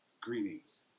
greetings